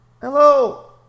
Hello